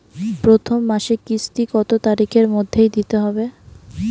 প্রথম মাসের কিস্তি কত তারিখের মধ্যেই দিতে হবে?